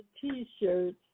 T-shirts